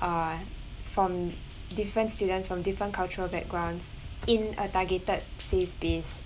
uh from different students from different culture backgrounds in a targeted safe space